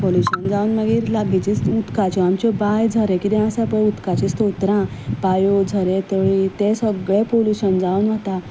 pollution जावन मागीर लागींचेच उदकाच्यो आमच्यो बांय झरे कितें आसा पळय उदकाचीं स्त्रोत्रां बांयो झरे तळीं ते सगळें पॉल्युशन जावन वता